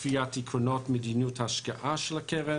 קביעת עקרונות מדיניות השקעה של הקרן,